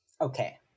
Okay